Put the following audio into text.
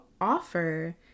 offer